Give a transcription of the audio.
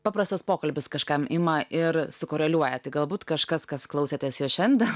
paprastas pokalbis kažkam ima ir sukoreliuoja tai galbūt kažkas kas klausėtės jo šiandien